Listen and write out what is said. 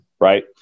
right